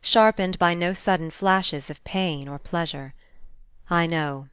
sharpened by no sudden flashes of pain or pleasure i know